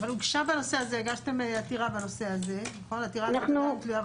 אבל הגשתם עתירה בנושא הזה והיא עדיין תלויה ועומדת.